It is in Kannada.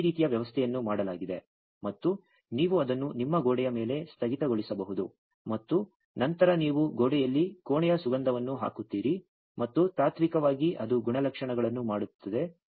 ಆದರೆ ಈ ರೀತಿಯ ವ್ಯವಸ್ಥೆಯನ್ನು ಮಾಡಲಾಗಿದೆ ಮತ್ತು ನೀವು ಅದನ್ನು ನಿಮ್ಮ ಗೋಡೆಯ ಮೇಲೆ ಸ್ಥಗಿತಗೊಳಿಸಬಹುದು ಮತ್ತು ನಂತರ ನೀವು ಗೋಡೆಯಲ್ಲಿ ಕೋಣೆಯ ಸುಗಂಧವನ್ನು ಹಾಕುತ್ತೀರಿ ಮತ್ತು ತಾತ್ವಿಕವಾಗಿ ಅದು ಗುಣಲಕ್ಷಣಗಳನ್ನು ಮಾಡುತ್ತದೆ